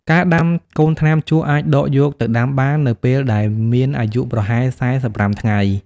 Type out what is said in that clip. ការដាំ កូនថ្នាំជក់អាចដកយកទៅដាំបាននៅពេលដែលមានអាយុប្រហែល ៤៥ ថ្ងៃ។